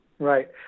Right